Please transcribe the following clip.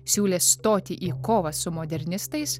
siūlė stoti į kovą su modernistais